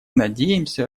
надеемся